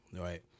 right